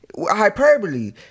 hyperbole